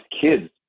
kids